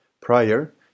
Prior